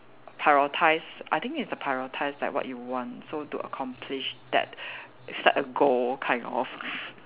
prioritise I think it's the prioritise like what you want so to accomplish that it's like a goal kind of